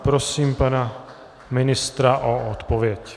Prosím pana ministra o odpověď.